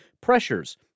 pressures